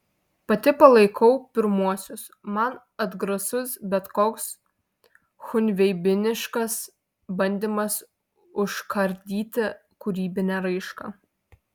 pati palaikau pirmuosius man atgrasus bet koks chunveibiniškas bandymas užkardyti kūrybinę raišką